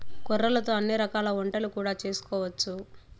కొర్రలతో అన్ని రకాల వంటలు కూడా చేసుకోవచ్చు